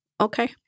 Okay